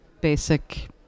basic